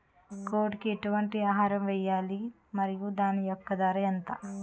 కోడి కి ఎటువంటి ఆహారం వేయాలి? మరియు దాని యెక్క ధర ఎంత?